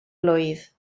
blwydd